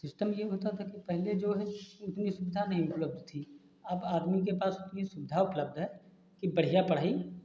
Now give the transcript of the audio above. system ये होता था कि पहले जो है इतनी सुविधा नहीं उपलब्ध थी अब आदमी के पास इतनी सुविधा उपलब्ध है कि बढ़िया पढ़ाई